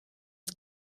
het